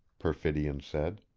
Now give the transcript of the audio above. perfidion said.